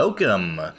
Welcome